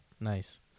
Nice